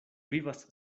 vivas